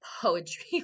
poetry